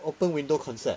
open window concept